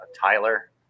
tyler